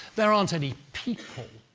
there aren't any people.